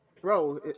Bro